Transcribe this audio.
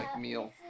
meal